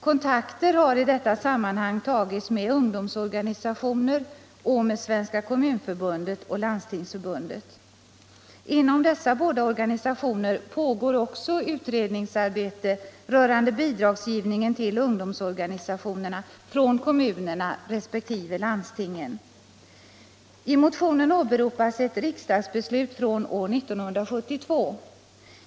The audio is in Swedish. Kontakter har i detta sammanhang tagits med ungdomsorganisationer och med Kommunförbundet och Landstingsförbundet. Inom dessa båda organisationer pågår också utredningsarbete rörande bidragsgivningen till ungdomsorganisationerna från kommunerna resp. landstingen. I mo tionen åberopas ett riksdagsbeslut från år 1972.